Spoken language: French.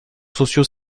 sociaux